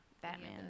Batman